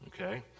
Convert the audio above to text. Okay